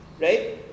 right